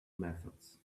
methods